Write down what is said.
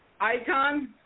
icon